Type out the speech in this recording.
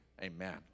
amen